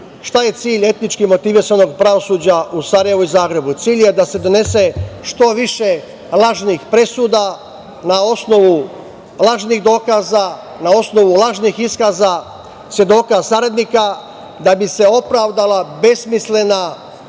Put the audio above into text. Šta je cilj etnički motivisanog pravosuđa u Sarajevu i Zagrebu? Cilj je da se donese što više lažnih presuda na osnovu lažnih dokaza, na osnovu lažnih iskaza svedoka saradnika da bi se opravdala besmislena i potpuna